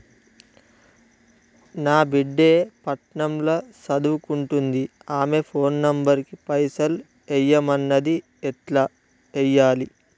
నా బిడ్డే పట్నం ల సదువుకుంటుంది ఆమె ఫోన్ నంబర్ కి పైసల్ ఎయ్యమన్నది ఎట్ల ఎయ్యాలి?